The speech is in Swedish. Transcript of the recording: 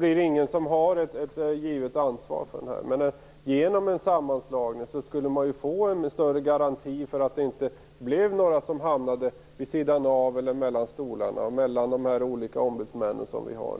Det är ingen som har ett givet ansvar. Men genom en sammanslagning skulle man få en större garanti för att det inte skulle bli några som hamnade vid sidan av eller mellan de olika ombudsmännen.